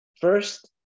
First